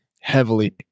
heavily